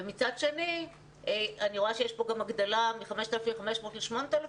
ומצד שני אני רואה שיש פה גם הגדלה מ-5,500 ל-8,000.